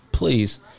Please